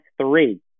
three